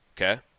okay